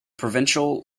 provincial